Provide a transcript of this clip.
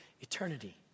eternity